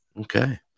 Okay